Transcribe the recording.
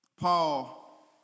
Paul